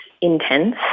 intense